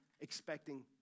expecting